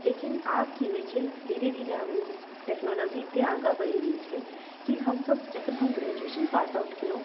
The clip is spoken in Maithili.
लेकिन आब कि होइ छै धीरे धीरे आब टेक्नोलॉजी एतेक आगाँ बढ़ि गेल छै कि हमसभ जखन हम ग्रेजुएशन पासआउट कएलहुँ